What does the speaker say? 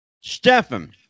Stefan